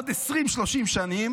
עוד 20 30 שנים